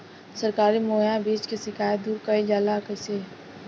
सरकारी मुहैया बीज के शिकायत दूर कईल जाला कईसे?